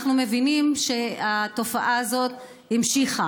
אנחנו מבינים שהתופעה הזאת המשיכה.